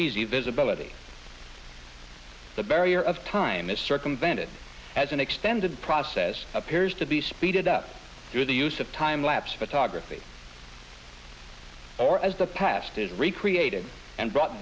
easy visibility the barrier of time is circumvented as an extended process appears to be speeded up through the use of time lapse photography or as the past is recreated and brought